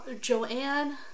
Joanne